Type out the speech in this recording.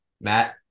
Matt